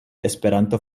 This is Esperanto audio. esperanto